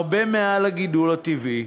הרבה מעל הגידול הטבעי,